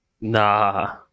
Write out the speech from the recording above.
nah